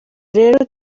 rero